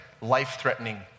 life-threatening